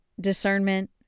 discernment